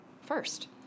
first